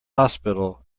hospital